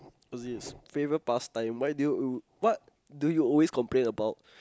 what's this favorite past time why do you what do you always complain about